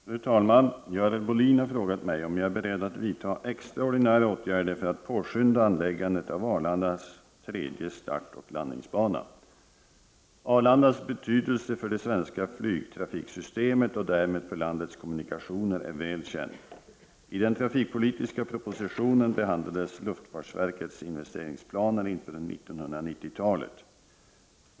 Fru talman! Görel Bohlin har frågat mig om jag är beredd att vidta extraordinära åtgärder för att påskynda anläggandet av Arlandas tredje startoch landningsbana. Arlandas betydelse för det svenska flygtrafiksystemet och därmed för landets kommunikationer är väl känd. I den trafikpolitiska propositionen behandlades luftfartsverkets investeringsplaner inför 1990-talet.